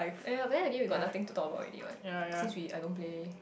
oh ya but then again we got nothing to talk about what since we I don't play